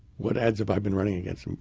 what ads have i been running against